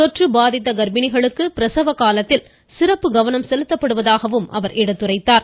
தொற்று பாதித்த கர்ப்பிணிகளுக்கு பிரசவ காலத்தில் சிறப்பு கவனம் செலுத்தப்படுவதாகவும் அவர் எடுத்துரைத்தார்